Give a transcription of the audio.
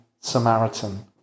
Samaritan